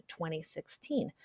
2016